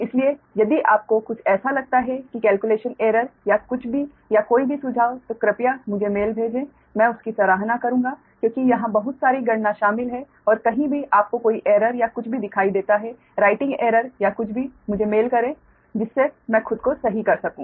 इसलिए यदि आपको कुछ ऐसा लगता है कि कैलक्युलेशन एरर या कुछ भी या कोई भी सुझाव तो कृपया मुझे मेल भेजें मैं उसकी सराहना करूंगा क्योंकि यहाँ बहुत सारी गणना शामिल हैं और कहीं भी आपको कोई एरर या कुछ भी दिखाई देता है राइटिंग एरर या कुछ भी मुझे मेल करें जिससे मैं खुद को सही कर सकूं